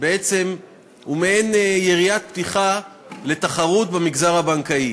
הוא מעין יריית פתיחה לתחרות במגזר הבנקאי.